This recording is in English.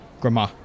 grandma